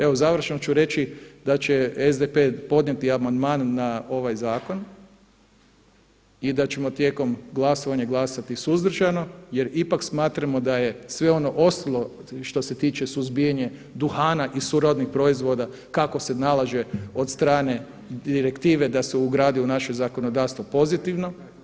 Evo završno ću reći da će SDP podnijeti amandman na ovaj zakon i da ćemo tijekom glasovanja glasati suzdržano jer ipak smatramo da je sve ono ostalo što se tiče suzbijanja duhana i srodnih proizvoda kako se nalaže od strane direktive da se ugradi u naše zakonodavstvo pozitivno.